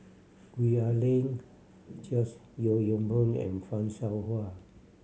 Gwee Ah Leng George Yeo Yong Boon and Fan Shao Hua